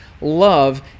love